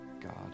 God